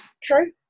True